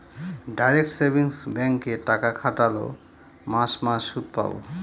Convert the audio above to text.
direct savings ব্যাঙ্কে টাকা খাটোল মাস মাস সুদ পাবো